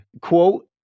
quote